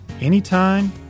anytime